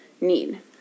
need